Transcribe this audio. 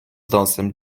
dąsem